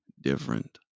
different